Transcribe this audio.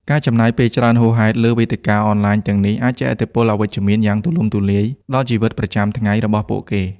ការចំណាយពេលច្រើនហួសហេតុលើវេទិកាអនឡាញទាំងនេះអាចជះឥទ្ធិពលអវិជ្ជមានយ៉ាងទូលំទូលាយដល់ជីវិតប្រចាំថ្ងៃរបស់ពួកគេ។